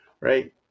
Right